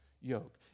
yoke